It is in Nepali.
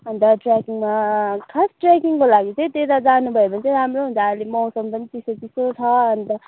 अन्त ट्रेकिङमा खास ट्रेकिङको लागि चाहिँ त्यता जानुभयो भने चाहिँ राम्रो हुन्छ अहिले मौसम पनि चिसो चिसो छ अन्त